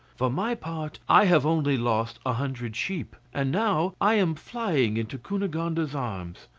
for my part, i have only lost a hundred sheep and now i am flying into cunegonde's arms.